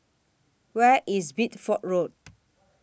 Where IS Bideford Road